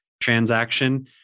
transaction